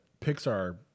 Pixar